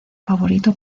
favorito